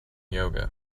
yoga